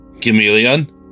Chameleon